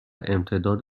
امتداد